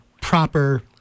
proper